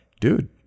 dude